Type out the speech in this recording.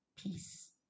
Peace